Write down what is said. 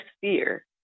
fear